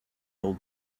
old